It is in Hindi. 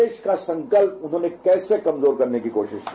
देश का संकल्प उन्होंने कैसे कमजोर करने की कोशिश की